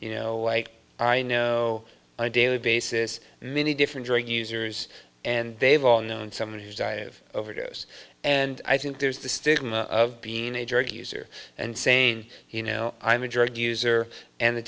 you know i know on a daily basis many different drug users and they've all known someone who's dying of overdose and i think there's the stigma of being a drug user and saying you know i'm a drug user and the